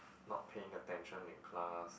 not paying attention in class